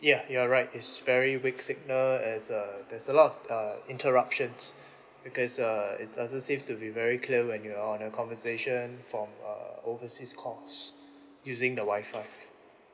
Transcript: ya you are right it's very weak signal as uh there's a lot of uh interruptions because uh it doesn't seems to be very clear when you're on a conversation from uh overseas calls using the wi-fi